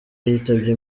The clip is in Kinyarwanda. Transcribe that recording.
yitabye